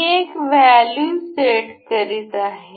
मी एक value set करीत आहे